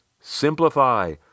simplify